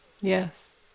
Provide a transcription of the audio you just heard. Yes